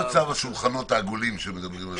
מה מצב השולחנות העגולים שמדברים עליהם כל הזמן?